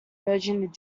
merging